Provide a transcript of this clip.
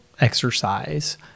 exercise